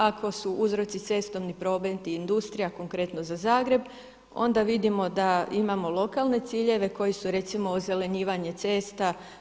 Ako su uzroci cestovni promet i industrija, konkretno za Zagreb, onda vidimo da imamo lokalne ciljeve koji su recimo ozelenjivanje cesta.